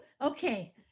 Okay